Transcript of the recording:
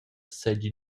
seigi